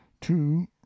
two